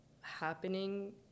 happening